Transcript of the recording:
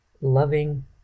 loving